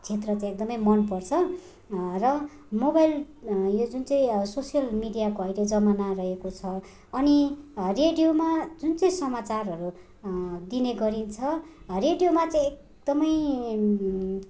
क्षेत्र चाहिँ एकदमै मनपर्छ र मोबाइल यो जुन चाहिँ सोसियल मिडियाको अहिले जमाना रहेको छ अनि रेडियोमा जुन चाहिँ समाचारहरू दिने गरिन्छ रेडियोमा चाहिँ एकदमै